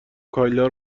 کایلا